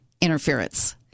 interference